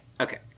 Okay